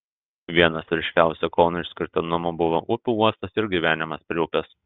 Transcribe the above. vienas ryškiausių kauno išskirtinumų buvo upių uostas ir gyvenimas prie upės